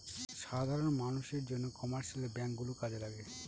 সাধারন মানষের জন্য কমার্শিয়াল ব্যাঙ্ক গুলো কাজে লাগে